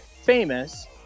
famous